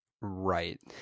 Right